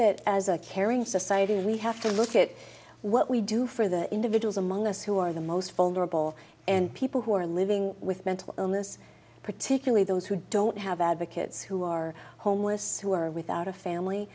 that as a caring society we have to look at what we do for the individuals among us who are the most vulnerable and people who are living with mental illness particularly those who don't have advocates who are homeless who are without a